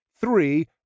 three